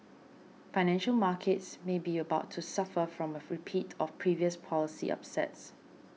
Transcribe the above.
financial markets may be about to suffer from a repeat of previous policy upsets